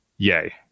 Yay